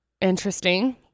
Interesting